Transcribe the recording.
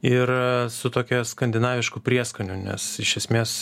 ir su tokia skandinavišku prieskoniu nes iš esmės